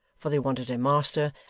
for they wanted her master,